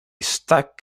stuck